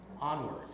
Onward